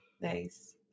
Nice